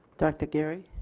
director geary.